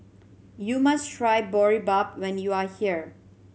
you must try Boribap when you are here